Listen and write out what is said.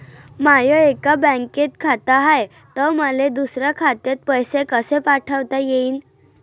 माय एका बँकेत खात हाय, त मले दुसऱ्या खात्यात पैसे कसे पाठवता येईन?